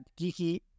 geeky